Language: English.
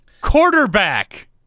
quarterback